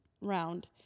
round